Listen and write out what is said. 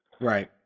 Right